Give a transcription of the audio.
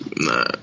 Nah